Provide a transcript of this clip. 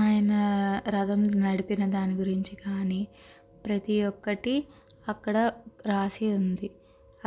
ఆయన రథం నడిపిన దాని గురించి కానీ ప్రతి ఒక్కటి అక్కడ రాసి ఉంది